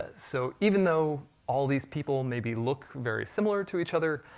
so even though all these people may be look very similar to each other,